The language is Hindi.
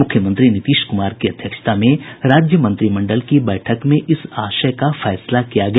मुख्यमंत्री नीतीश कुमार की अध्यक्षता में राज्य मंत्रिमंडल की बैठक में इस आशय का फैसला किया गया